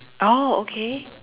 oh okay